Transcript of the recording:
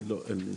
לא, אין לי.